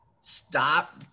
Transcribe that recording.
stop